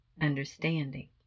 understanding